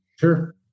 Sure